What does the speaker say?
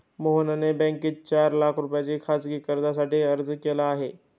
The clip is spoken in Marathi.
मोहनने बँकेत चार लाख रुपयांच्या खासगी कर्जासाठी अर्ज केला आहे